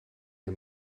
ihr